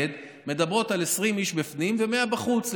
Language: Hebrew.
מדברות על 20 איש בפנים ו-100 בחוץ,